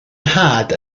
nhad